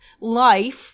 life